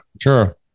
sure